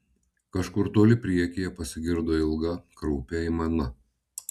kažkur toli priekyje pasigirdo ilga kraupi aimana